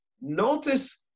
Notice